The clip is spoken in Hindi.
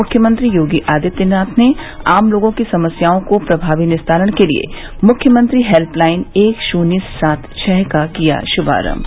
मुख्यमंत्री योगी आदित्यनाथ ने आम लोगों की समस्याओं के प्रभावी निस्तारण के लिए मुख्यमंत्री हेल्पलाइन एक शून्य सात छ का किया शुभारम्भ